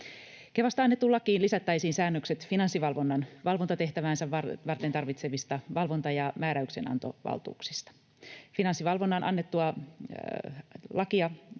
Kevasta annettuun lakiin lisättäisiin säännökset Finanssivalvonnan valvontatehtäväänsä varten tarvitsemista valvonta- ja määräyksenantovaltuuksista. Finanssivalvonnasta annettua lakia